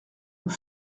nous